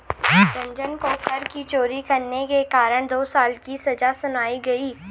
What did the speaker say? रंजन को कर की चोरी करने के कारण दो साल की सजा सुनाई गई